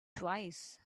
twice